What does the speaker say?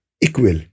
equal